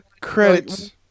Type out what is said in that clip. credits